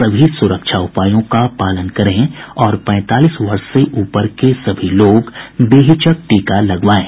सभी सुरक्षा उपायों का पालन करें और पैंतालीस वर्ष से ऊपर के सभी लोग बेहिचक टीका लगवाएं